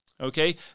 Okay